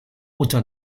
unter